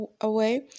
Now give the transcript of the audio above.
away